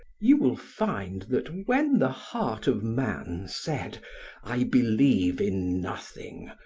you will find that when the heart of man said i believe in nothing,